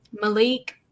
Malik